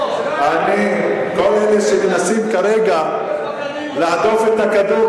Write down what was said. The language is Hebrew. כל אלה שמנסים כרגע להדוף את הכדור,